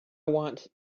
want